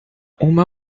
uma